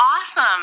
awesome